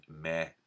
Meh